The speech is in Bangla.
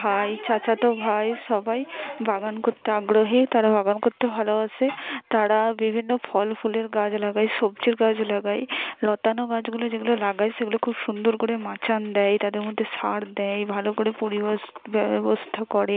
ভাই চাচাতো ভাই সবাই বাগান করতে আগ্রহী তারা বাগান করতে ভালোবাসে তারা বিভিন্ন ফল ফুলের গাছ লাগায় সবজির গাছ লাগায় লতানো গাছগুলি যেগুলো লাগায় সেগুলো খুব সুন্দর করে মাচান দেয় তাদের মধ্যে সার দেয় ভালো করে পরিবেশ ব্যবস্থা করে